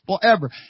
forever